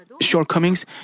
Shortcomings